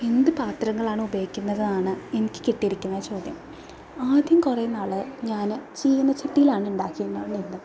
എന്ത് പാത്രങ്ങളാണ് ഉപയോഗിക്കുന്നതാണ് എനിക്ക് കിട്ടിയിരിക്കുന്ന ചോദ്യം ആദ്യം കുറേ നാൾ ഞാൻ ചീനചട്ടിയിലാണ് ഉണ്ടാക്കി കൊണ്ടിരുന്നത്